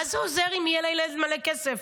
מה זה עוזר אם יהיה לילד מלא כסף,